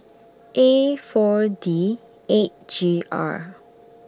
A four D eight G R